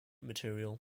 material